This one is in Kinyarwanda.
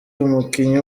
umukinnyi